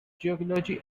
geology